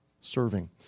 serving